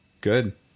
Good